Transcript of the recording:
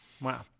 wow